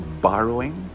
borrowing